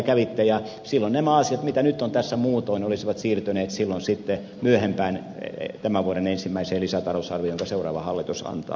silloin nämä asiat mitä nyt on tässä muutoin olisivat siirtyneet myöhempään tämän vuoden ensimmäiseen lisätalousarvioon jonka seuraava hallitus antaa